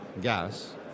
gas